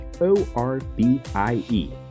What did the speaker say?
O-R-B-I-E